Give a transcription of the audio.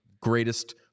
greatest